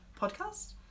podcast